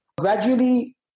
Gradually